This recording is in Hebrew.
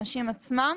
לעתיד לבוא.